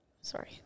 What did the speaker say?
Sorry